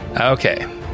Okay